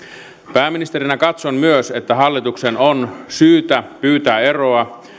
pääministerinä katson myös että hallituksen on syytä pyytää eroa